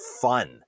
fun